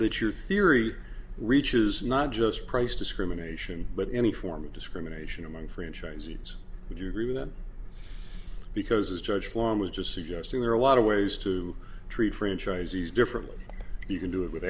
that your theory reaches not just price discrimination but any form of discrimination among franchisees would you agree with that because judge flom was just suggesting there are a lot of ways to treat franchisees differently you can do it with